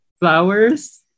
flowers